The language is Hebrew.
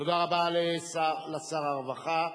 תודה רבה לשר הרווחה.